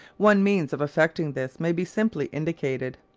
one means of effecting this may be simply indicated.